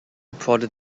prodded